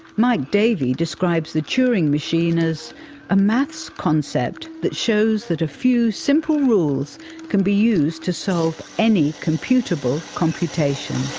mike davey describes the turing machine as a maths concept that shows that a few simple rules can be used to solve any computable computation.